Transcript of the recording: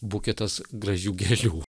buketas gražių gėlių